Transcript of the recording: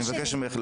אני מבקש ממך,